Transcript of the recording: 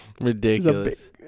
Ridiculous